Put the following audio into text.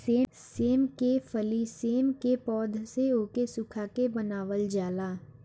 सेम के फली सेम के पौध से ओके सुखा के बनावल जाला